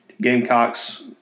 Gamecocks